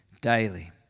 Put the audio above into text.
daily